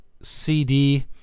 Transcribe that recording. CD